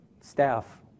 staff